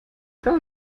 gar